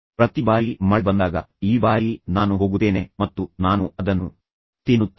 ಪ್ರತಿ ಬಾರಿ ಮಳೆ ಬಂದಾಗ ಈ ಬಾರಿ ನಾನು ಹೋಗುತ್ತೇನೆ ಮತ್ತು ನಾನು ಅದನ್ನು ತಿನ್ನುತ್ತೇನೆ